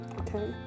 okay